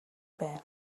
байв